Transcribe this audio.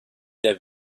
der